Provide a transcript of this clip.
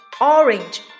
orange